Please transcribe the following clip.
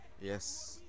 Yes